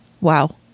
Wow